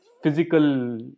Physical